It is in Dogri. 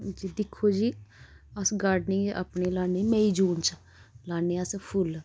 जी दिक्खो जी अस गार्डनिंग अपनी लान्ने मेई जून च लान्ने अस फुल्ल